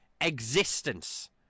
existence